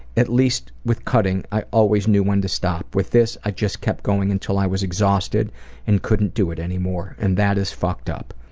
at least with cutting i always knew when to stop. with this i just kept going until i was exhausted and couldn't do it anymore, and that is fucked up.